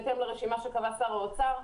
לפי הרשימה שקבע שר האוצר,